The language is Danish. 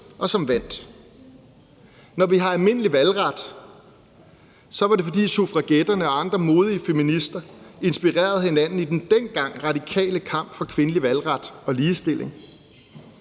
og vandt. Når vi har almindelig valgret, er det, fordi suffragetterne og andre modige feminister inspirerede hinanden i den dengang radikale kamp for kvinders valgret og ligestilling.